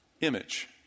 image